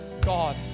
God